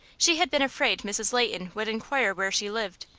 she had been afraid mrs. leighton would inquire where she lived,